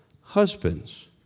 husbands